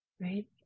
right